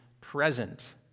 present